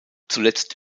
zuletzt